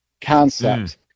concept